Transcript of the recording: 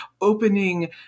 opening